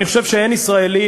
אני חושב שאין ישראלי,